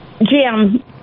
Jim